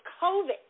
COVID